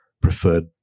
preferred